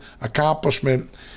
Accomplishment